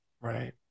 right